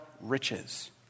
riches